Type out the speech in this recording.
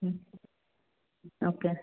ಹ್ಞೂ ಓಕೆ